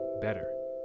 better